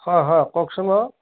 হয় হয় কওকচোন বাৰু